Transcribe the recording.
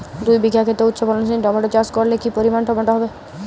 দুই বিঘা খেতে উচ্চফলনশীল টমেটো চাষ করলে কি পরিমাণ টমেটো হবে?